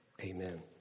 Amen